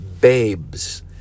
babes